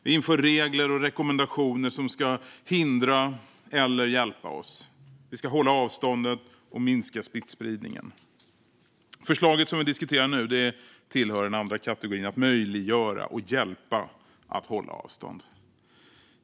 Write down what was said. Vi inför regler och rekommendationer som ska hindra eller hjälpa oss. Vi ska hålla avståndet och minska smittspridningen. Förslaget som vi diskuterar nu tillhör den andra kategorin: att möjliggöra och hjälpa oss att hålla avstånd.